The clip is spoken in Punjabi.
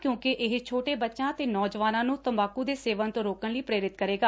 ਕਿਉਂਕਿ ਇਹ ਛੋਟੇ ਬੱਚਿਆਂ ਅਤੇ ਨੌਜਵਾਨਾਂ ਨੂੰ ਤੰਬਾਕੂ ਦੇ ਸੇਵਨ ਤੋਂ ਰੋਕਣ ਲਈ ਪ੍ਰੇਰਿਤ ਕਰੇਗਾ